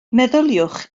meddyliwch